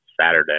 Saturday